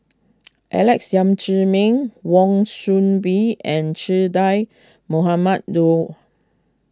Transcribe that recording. Alex Yam Ziming Wan Soon Bee and Che Dah Mohamed Noor